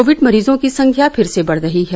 Covid मरीजों की संख्या फिर से बढ़ रही है